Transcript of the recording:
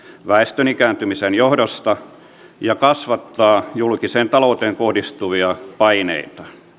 väestön ikääntymisen johdosta ja kasvattaa julkiseen talouteen kohdistuvia paineita